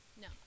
No